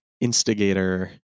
Instigator